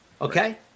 Okay